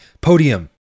podium